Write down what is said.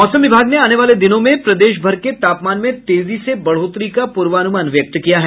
मौसम विभाग ने आने वाले दिनों में प्रदेश भर के तापमान में तेजी से बढ़ोतरी का पूर्वानुमान व्यक्त किया है